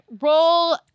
roll